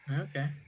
Okay